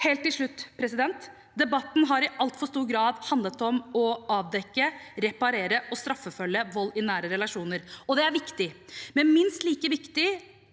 Helt til slutt: Debatten har i altfor stor grad handlet om å avdekke, reparere og straffeforfølge vold i nære relasjoner. Det er viktig, men minst like viktig